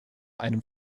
einem